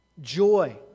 joy